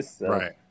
Right